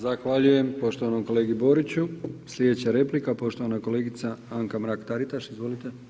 Zahvaljujem poštovanom kolegi Boriću, sljedeća replika, poštovana kolegica Anka Mrak Taritaš, izvolite.